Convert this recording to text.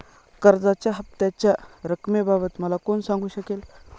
कर्जाच्या हफ्त्याच्या रक्कमेबाबत मला कोण सांगू शकेल?